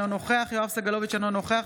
אינו נוכח יואב סגלוביץ' אינו נוכח